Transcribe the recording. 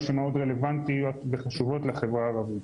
שמאד רלוונטיות וחשובות לחברה הערבית,